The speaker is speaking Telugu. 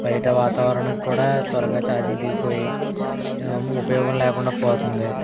బయట వాతావరణం కూడా త్వరగా చార్జింగ్ దిగిపోయి ఉపయోగం లేకుండా పోతుంది